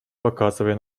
показывая